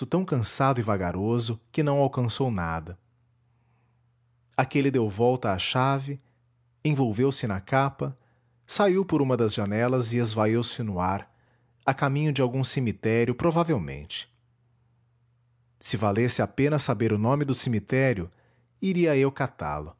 tão cansado e vagaroso que não alcançou nada aquele deu volta à chave envolveu-se na capa saiu por uma das janelas e esvaiu-se no ar a caminho de algum cemitério provavelmente se valesse a pena saber o nome do cemitério iria eu catá lo